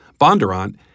Bondurant